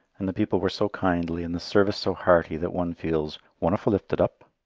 and the people were so kindly and the service so hearty that one feels wonderfu' lifted up.